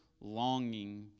longing